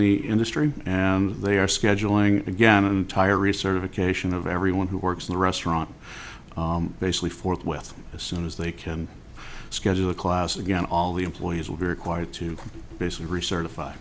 the industry they are scheduling again entire recertification of everyone who works in the restaurant basically forthwith as soon as they can schedule a class again all the employees will be required to basically recertif